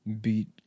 Beat